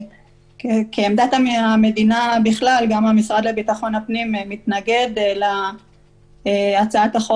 כעמדת המדינה בכלל גם המשרד לביטחון פנים מתנגד להצעת החוק,